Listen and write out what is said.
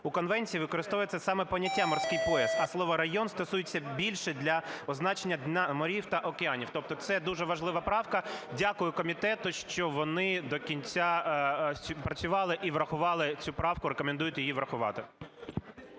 У Конвенції використовується саме поняття "морський пояс", а слово "район" стосується більше для означення морів та океанів. Тобто це дуже важлива правка. Дякую комітету, що вони до кінця з цим працювали і врахували цю правку і рекомендують її врахувати.